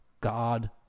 God